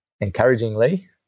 Encouragingly